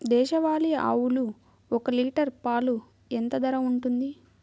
దేశవాలి ఆవులు ఒక్క లీటర్ పాలు ఎంత ధర ఉంటుంది?